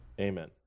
Amen